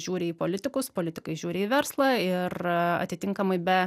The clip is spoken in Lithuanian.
žiūri į politikus politikai žiūri į verslą ir atitinkamai be